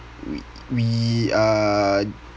we we are